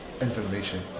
information